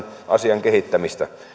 asioiden kehittämistä